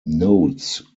nodes